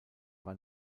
war